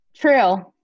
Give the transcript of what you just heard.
True